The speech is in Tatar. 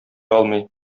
алмый